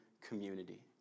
community